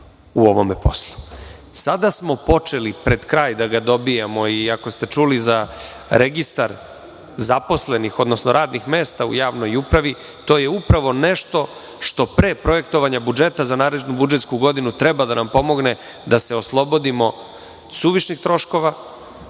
u ovom poslu. Sada smo počeli pred kraj da ga dobijamo i ako ste čuli za registar zaposlenih odnosno radnih mesta u javnoj upravi, to je upravo nešto što pre projektovanja budžeta za narednu budžetsku godinu treba da nam pomogne da se oslobodimo suvišnih troškova.